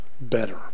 better